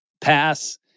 pass